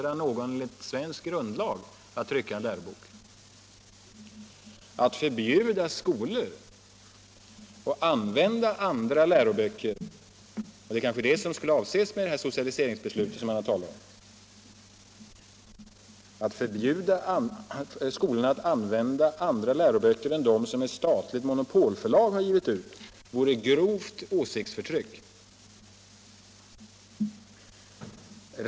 Att förbjuda skolor att använda andra läroböcker — och det är kanske det som avses med det socialiseringsbeslut som man har talat om —- än dem som ett statligt monopolförlag givit ut vore grovt åsiktsförtryck.